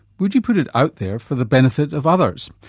would you put it out there for the benefit of others?